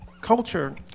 culture